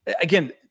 again